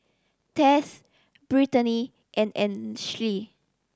Tess Brittani and Ainsley